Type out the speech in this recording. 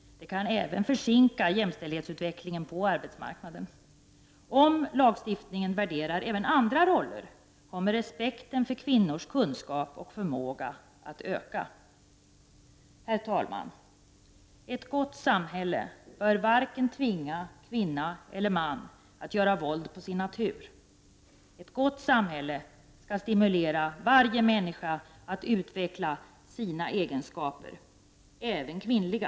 Det kan även försinka jämställdhetsutvecklingen på arbetsmarknaden. Om lagstiftningen värderar även andra roller, kommer respekten för kvinnornas kunskaper och förmåga att öka. Herr talman! Ett gott samhälle bör inte tvinga vare sig kvinna eller man att göra våld på sin natur. Ett gott samhälle skall stimulera varje människa till att utveckla sina egenskaper — även kvinnliga.